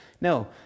No